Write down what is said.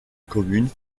commune